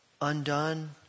undone